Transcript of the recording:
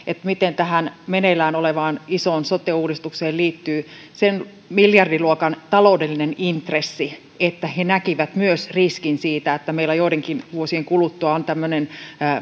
miten tähän meneillään olevaan isoon sote uudistukseen liittyy sen miljardiluokan taloudellinen intressi että he näkivät myös riskin siitä että meillä joidenkin vuosien kuluttua on tämmöinen